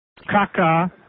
Caca